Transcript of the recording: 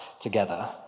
together